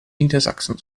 niedersachsen